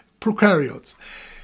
Prokaryotes